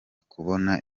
kubona